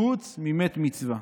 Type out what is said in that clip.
חוץ ממת מצווה"